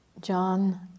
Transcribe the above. John